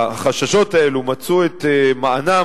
החששות האלו מצאו את מענם,